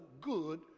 good